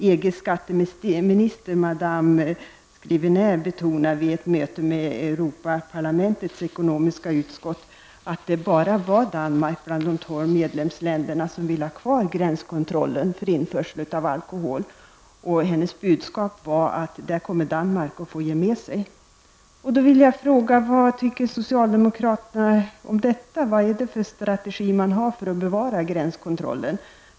EGs ''skatteminister'', madame Scrivener, betonade vid ett möte med Europaparlamentets ekonomiska utskott att det bara var Danmark bland de tolv medlemsländerna som ville ha kvar gränskontrollen för införsel av alkohol. Hennes budskap var att Danmark kommer att få ge med sig.